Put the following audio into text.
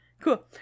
cool